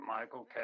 Michael